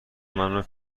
منو